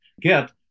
get